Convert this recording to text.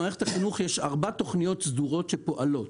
במערכת החינוך יש ארבע תוכניות סדורות שפועלות